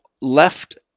left